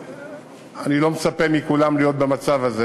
אני לא מצפה מכולם להיות במצב הזה,